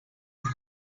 uno